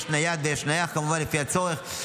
יש נייד ויש נייח, כמובן לפי הצורך.